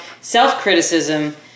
self-criticism